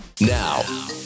Now